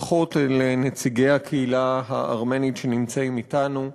ברכות לנציגי הקהילה הארמנית שנמצאים אתנו,